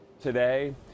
Today